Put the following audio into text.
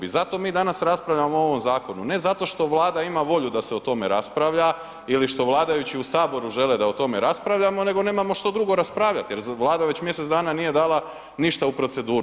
I zato mi danas raspravljamo o ovom zakonu, ne zato što Vlada ima volju da se o tome raspravlja ili što vladajući u saboru žele da o tome raspravljamo, nego nemamo što drugo raspravljati jer Vlada već mjesec dana nije dala ništa u proceduru.